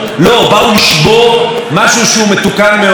שמייצר יצירה ישראלית נהדרת,